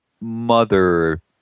mother